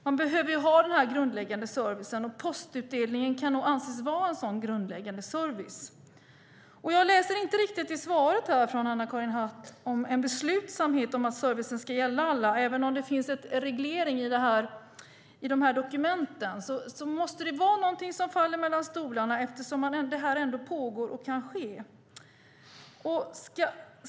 Man behöver ju ha grundläggande service, och postutdelning kan nog anses vara en sådan grundläggande service. Jag kan i svaret inte utläsa någon beslutsamhet från Anna-Karin Hatt om att servicen ska gälla alla. Även om det finns en reglering i dessa dokument måste det vara någonting som faller mellan stolarna eftersom detta ändå pågår och kan ske.